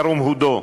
ירום הודו,